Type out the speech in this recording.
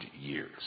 years